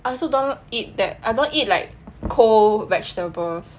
I also don't eat that I don't eat like cold vegetables